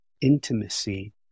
intimacy